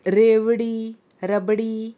रेवडी रबडी